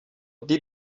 dit